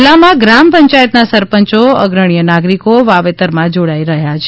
જીલ્લામાં ગ્રામપંચાયતના સરપંચો અગ્રણીય નાગરિકો વાવેતરમાં જોડાઇ રહ્યા છે